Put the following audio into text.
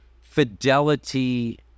Fidelity